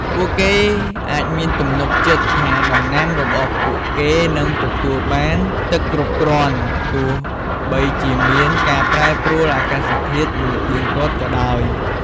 ពួកគេអាចមានទំនុកចិត្តថាដំណាំរបស់ពួកគេនឹងទទួលបានទឹកគ្រប់គ្រាន់ ទោះបីជាមានការប្រែប្រួលអាកាសធាតុមិនទៀងទាត់ក៏ដោយ។